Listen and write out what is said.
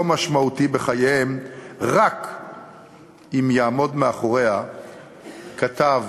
משמעותי בחייהם רק אם יעמוד מאחוריה כתב